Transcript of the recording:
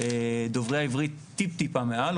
דוברי העברית טיפ טיפה מעל,